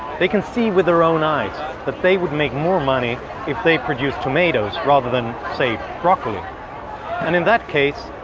they can see with their own eyes that they would make more money if they produced tomatoes, rather than, say-broccoli. and in that case,